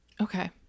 Okay